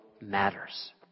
matters